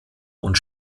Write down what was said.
und